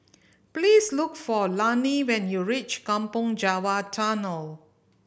please look for Lani when you reach Kampong Java Tunnel